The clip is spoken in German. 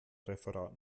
referat